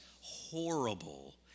horrible